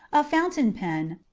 a fountain-pen,